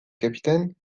capitaine